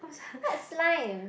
what's lime